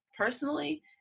personally